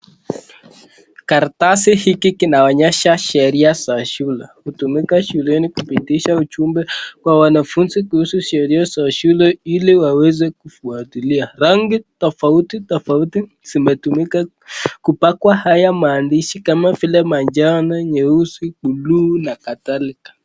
Karatasi hiki kinaonesha sheria za shule. Hutumika shuleni kupitisha ujumbe kwa wanafunzi kuhusu sheria za shule ili waweze kufuatilia. Rangi tofauti tofauti zimetumika kupakwa haya maandishi kama vile manjano, meusi, bluu na kadhalika.